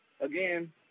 Again